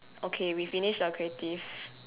okay we finish the creative